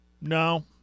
No